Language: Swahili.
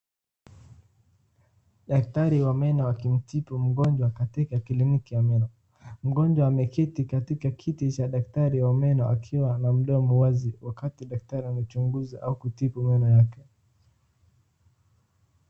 Daktari wa meno akimtibu mgonjwa katika kliniki ya meno. Mgonjwa ameketi katika kiti cha daktari wa meno akiwa na mdomo wazi wakati daktari amechungunza au kutibu meno yake.